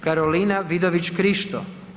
Karolina Vidović Krišto.